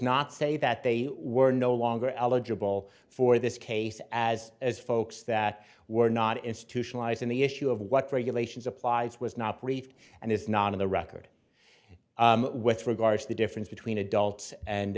not say that they were no longer eligible for this case as as folks that were not institutionalizing the issue of what regulations applies was not briefed and is not in the record with regard to the difference between